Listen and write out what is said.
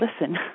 listen